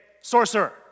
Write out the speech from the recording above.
sorcerer